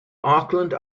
auckland